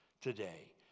today